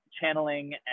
channeling